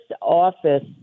office